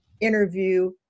interview